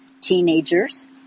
Teenagers